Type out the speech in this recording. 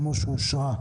כמו שאושרה,